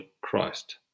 Christ